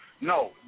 no